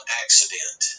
accident